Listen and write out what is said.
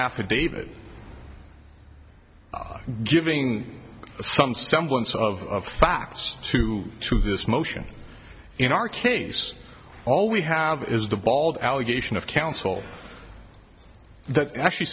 affidavit giving some semblance of facts to to this motion in our case all we have is the bald allegation of counsel that actually